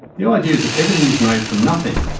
the idea is that everything is made from nothing,